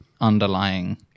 underlying